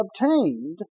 obtained